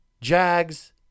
jags